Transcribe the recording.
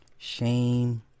Shame